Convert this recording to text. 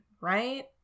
right